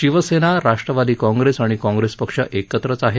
Shiv Sena Rashtrawadi Congress आणि Congress पक्ष एकत्रच आहेत